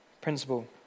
principle